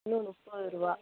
kilo முப்பது ரூபா